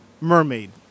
Mermaid